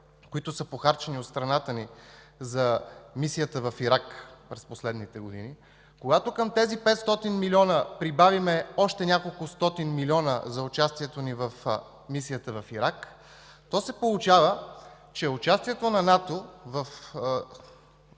които са похарчени от страната ни за мисията в Ирак през последните години, когато към тези 500 милиона прибавим още няколкостотин милиона за участието ни в мисията в Ирак, то се получава, че участието ни в